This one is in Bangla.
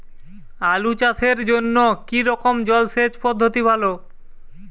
আলু চাষের জন্য কী রকম জলসেচ পদ্ধতি ভালো?